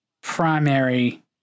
primary